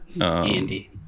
Andy